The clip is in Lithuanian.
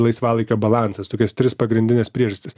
laisvalaikio balansas tokias tris pagrindines priežastis